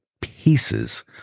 pieces